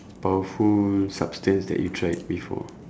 powerful substance that you tried before